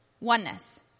Oneness